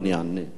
בבקשה, אדוני.